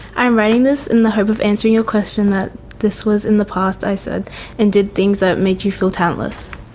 i am writing this in the hope of answering your question that this was in the past i said and did things that made you feel talentless.